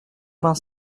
vingt